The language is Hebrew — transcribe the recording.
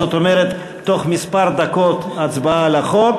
זאת אומרת, תוך כמה דקות הצבעה על החוק.